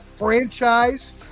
franchise